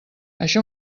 això